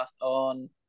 on